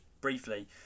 briefly